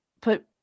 put